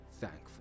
Thankful